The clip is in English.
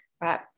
right